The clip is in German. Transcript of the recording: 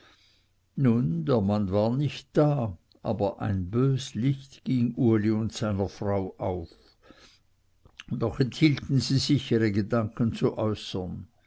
der mann war nicht da aber ein bös licht ging uli und seiner frau auf doch enthielten sie sich ihre gedanken zu äußern